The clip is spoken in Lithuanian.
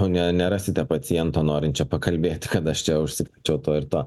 ne nerasite paciento norinčio pakalbėti kad aš čia užsikrėčiau tuo ir tuo